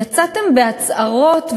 יצאתם בהצהרות,